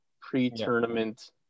pre-tournament